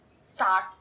start